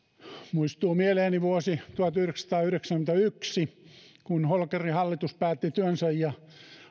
muistuu mieleeni vuosi tuhatyhdeksänsataayhdeksänkymmentäyksi kun holkerin hallitus päätti työnsä ja